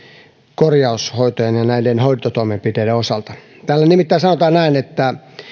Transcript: korjaushoitojen ja hoitotoimenpiteiden osalta täällä nimittäin sanotaan että